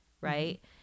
right